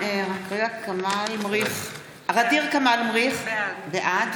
ע'דיר כמאל מריח, בעד